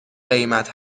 قیمت